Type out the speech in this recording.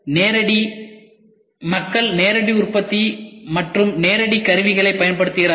நேரடி மக்கள் நேரடி உற்பத்தி மற்றும் நேரடி கருவிகளைப் பயன்படுத்துகின்றனர்